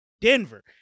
Denver